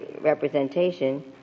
representation